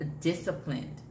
disciplined